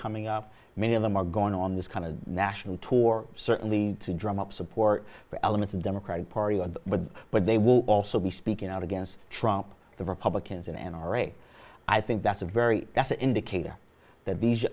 coming up many of them are going on this kind of national tour certainly to drum up support for elements of democratic party of but they will also be speaking out against trump the republicans and n r a i think that's a very that's an indicator that